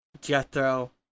Jethro